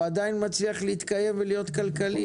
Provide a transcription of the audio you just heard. והוא עדיין מצליח להתקיים ולהיות כלכלי.